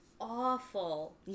awful